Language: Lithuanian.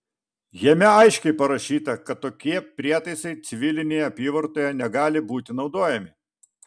jame aiškiai parašyta kad tokie prietaisai civilinėje apyvartoje negali būti naudojami